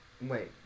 Wait